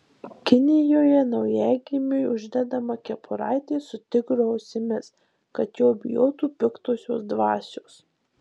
kinijoje naujagimiui uždedama kepuraitė su tigro ausimis kad jo bijotų piktosios dvasios